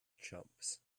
chumps